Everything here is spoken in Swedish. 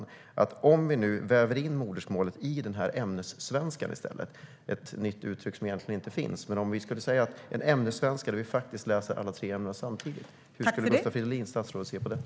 Hur skulle statsrådet Gustav Fridolin se på att vi väver in modersmålet i ämnessvenskan, ett nytt uttryck som egentligen inte finns, där vi läser alla tre ämnen samtidigt?